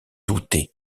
douter